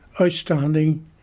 outstanding